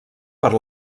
per